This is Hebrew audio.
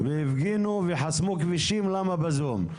והפגינו וחסמו כבישים למה זה בזום.